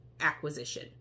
acquisition